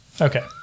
Okay